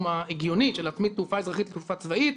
ההגיוני של להצמיד תעופה אזרחית לתעופה צבאית,